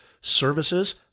services